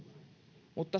mutta